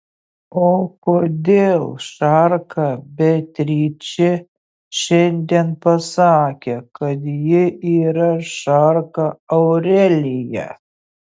o kodėl šarka beatričė šiandien pasakė kad ji yra šarka aurelija